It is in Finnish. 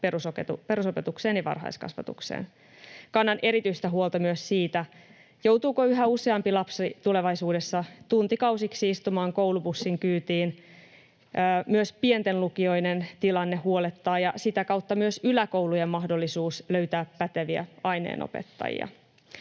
perusopetukseen ja varhaiskasvatukseen. Kannan erityistä huolta myös siitä, joutuuko yhä useampi lapsi tulevaisuudessa tuntikausiksi istumaan koulubussin kyytiin. Myös pienten lukioiden tilanne huolettaa, ja sitä kautta myös yläkoulujen mahdollisuus löytää päteviä aineenopettajia.